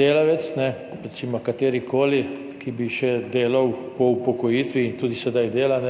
Delavec, recimo katerikoli, ki bi še delal po upokojitvi in tudi sedaj dela,